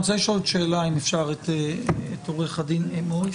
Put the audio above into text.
אני רוצה לשאול שאלה אם אפשר את עורך הדין הירש.